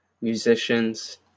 musicians